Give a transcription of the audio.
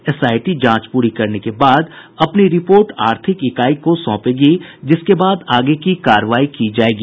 SIT जांच पूरी करने के बाद अपनी रिपोर्ट आर्थिक अपराध इकाई को सौंपेगी जिसके बाद आगे की कार्रवाई की जायेगी